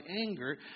anger